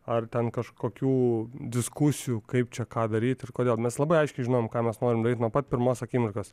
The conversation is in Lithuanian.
ar ten kažkokių diskusijų kaip čia ką daryt ir kodėl mes labai aiškiai žinojom ką mes norim daryt nuo pat pirmos akimirkos